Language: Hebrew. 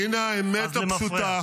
והינה האמת הפשוטה,